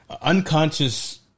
unconscious